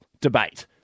debate